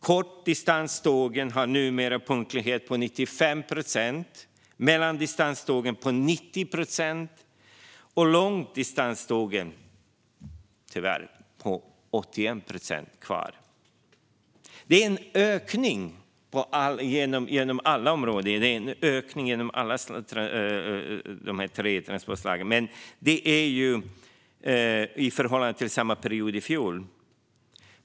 Kortdistanstågen har nu en punktlighet på 95 procent. För mellandistanstågen är siffran 90 procent medan långdistanstågen är kvar på 81 procent, tyvärr. Detta är en ökning för alla dessa tre transportslag i förhållande till samma period i fjol.